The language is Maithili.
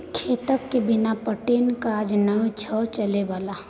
खेतके बिना पटेने काज नै छौ चलय बला